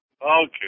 Okay